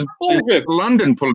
London